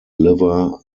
liver